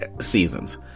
seasons